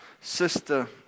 sister